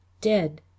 Dead